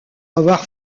avoir